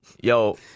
Yo